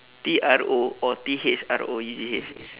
T R O or T H R O U G H